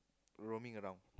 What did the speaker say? roaming around